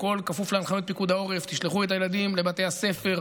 הכול כפוף להנחיות פיקוד העורף: תשלחו את הילדים לבתי הספר,